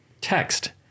text